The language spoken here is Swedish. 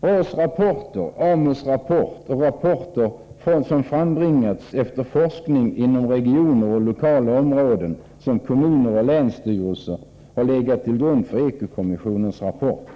BRÅ:s rapporter, AMOB:s rapport och rapporter, som frambringats efter forskning inom regioner och lokala områden som kommuner och län, har legat till grund för Eko-kommissionens rapporter,